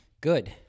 Good